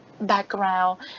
background